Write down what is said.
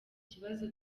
kibazo